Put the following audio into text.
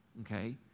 Okay